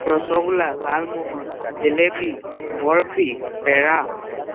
ৰচগোলা লালমোহন জিলেপি বৰফি পেৰা